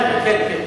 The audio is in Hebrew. כן, כן.